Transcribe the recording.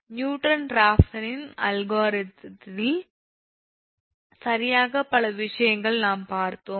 Newton ராஃப்சனின் அல்காரிதத்தில் சரியாக பல விஷயங்கள் நாம் பார்த்தோம்